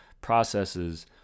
processes